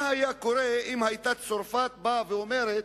מה היה קורה אם צרפת היתה אומרת: